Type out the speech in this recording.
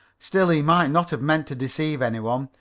still he might not have meant to deceive any one,